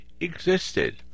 existed